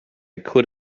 could